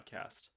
podcast